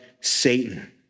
Satan